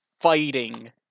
fighting